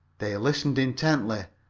they listened intently,